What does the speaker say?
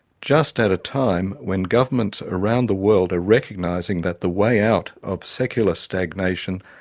just at a time when governments around the world are recognising that the way out of secular stagnation,